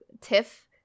TIFF